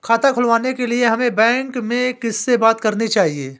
खाता खुलवाने के लिए हमें बैंक में किससे बात करनी चाहिए?